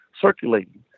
circulating